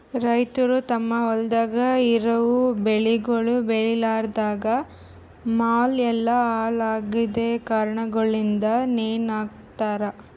ರೈತುರ್ ತಮ್ ಹೊಲ್ದಾಗ್ ಇರವು ಬೆಳಿಗೊಳ್ ಬೇಳಿಲಾರ್ದಾಗ್ ಮಾಲ್ ಎಲ್ಲಾ ಹಾಳ ಆಗಿದ್ ಕಾರಣಗೊಳಿಂದ್ ನೇಣ ಹಕೋತಾರ್